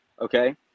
okay